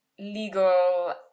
legal